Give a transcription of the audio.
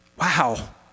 Wow